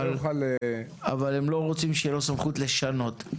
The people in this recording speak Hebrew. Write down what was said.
אבל הם לא רוצים שתהיה לו סמכות לשנות.